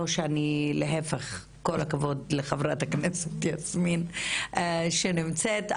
כל הכבוד לחברת הכנסת יסמין שנמצאת,